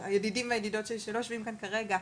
הידידים והידידות שלא יושבים כאן כרגע,